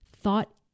thought